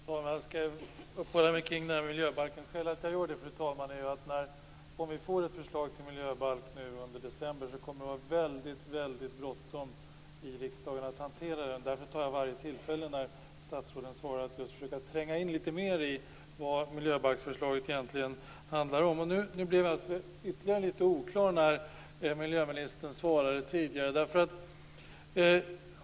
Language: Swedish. Fru talman! Jag skall uppehålla mig litet till vid miljöbalken. Anledningen är att om vi får ett förslag till miljöbalk under december kommer vi i riksdagen att ha väldigt bråttom med hanteringen av den. Därför tar jag nu tillfället att försöka tränga in litet mer i vad miljöbalksförslaget egentligen handlar om. Det hela blev ytterligare litet mer oklart genom miljöministerns inlägg nyss.